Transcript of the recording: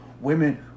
women